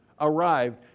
arrived